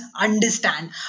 understand